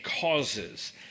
causes